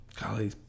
Golly